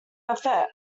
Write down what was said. effort